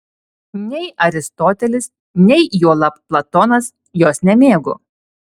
nei aristotelis nei juolab platonas jos nemėgo